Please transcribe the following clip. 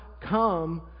come